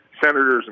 senators